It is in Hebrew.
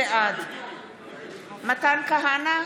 בעד מתן כהנא,